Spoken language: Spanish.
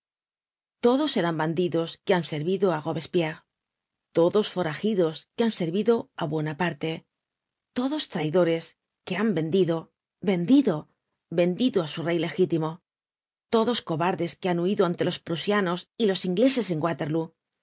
todos eran bandidos que han servido á robespierre todos foragidos que han servido á bu o naparte todos traidores que han vendido vendido vendido á su rey legítimo todos cobardes que han huido ante los prusianos y los ingleses en waterlóo